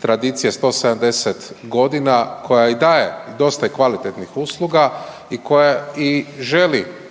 tradicije 170.g., koja i daje i dosta kvalitetnih usluga i koja i želi